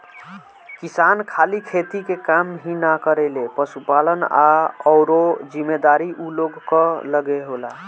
किसान खाली खेती के काम ही ना करेलें, पशुपालन आ अउरो जिम्मेदारी ऊ लोग कअ लगे होला